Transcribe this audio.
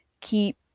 keep